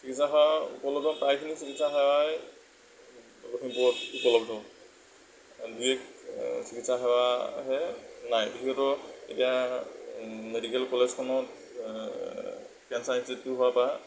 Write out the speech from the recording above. চিকিৎসা সেৱা উপলব্ধ প্ৰায়খিনি চিকিৎসা সেৱাই লখিমপুৰত উপলব্ধ দুই এক চিকিৎসা সেৱাহে নাই বিশষতঃ এতিয়া মেডিকেল কলেজখনত কেঞ্চাৰ ইনষ্টিটিউট হোৱাৰ পৰা